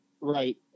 Right